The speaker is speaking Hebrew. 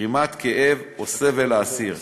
מגרימת כאב או סבל לאסיר.